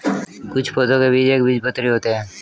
कुछ पौधों के बीज एक बीजपत्री होते है